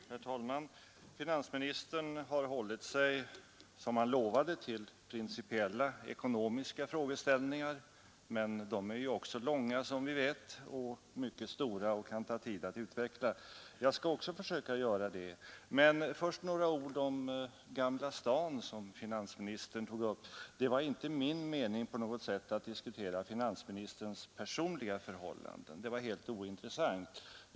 Herr talman! Finansministern har, som han lovade, hållit sig till principiella ekonomiska frågeställningar, men de är ju stora, som vi vet, och kan ta tid att utveckla. Jag skall också beröra några sådana, men först några ord om Gamla stan, som finansministern tog upp. Det var inte min mening att diskutera finansministerns personliga förhållanden; det finner jag helt ointressant.